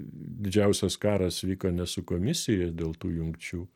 didžiausias karas vyko ne su komisija dėl tų jungčių